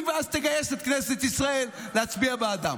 ואז תגייס את כנסת ישראל להצביע בעד.